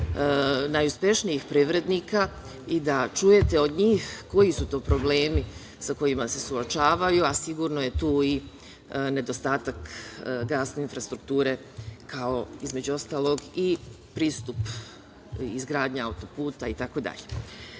najuspešnijih privrednika i da čujete od njih koji su to problemi sa kojima se suočavaju, a sigurno je tu i nedostatak gasne infrastrukture kao između ostalog i pristup izgradnja auto-puta i